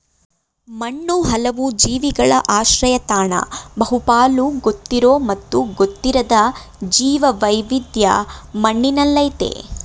ಮಣ್ಣು ಹಲವು ಜೀವಿಗಳ ಆಶ್ರಯತಾಣ ಬಹುಪಾಲು ಗೊತ್ತಿರೋ ಮತ್ತು ಗೊತ್ತಿರದ ಜೀವವೈವಿಧ್ಯ ಮಣ್ಣಿನಲ್ಲಯ್ತೆ